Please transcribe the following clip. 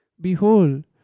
Behold